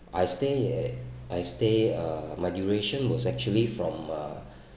I stay at I stay uh my duration was actually from uh